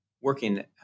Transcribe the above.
working